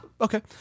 okay